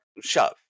shove